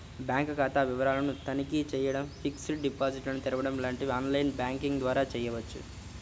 bank ఖాతా వివరాలను తనిఖీ చేయడం, ఫిక్స్డ్ డిపాజిట్లు తెరవడం లాంటివి ఆన్ లైన్ బ్యాంకింగ్ ద్వారా చేయవచ్చు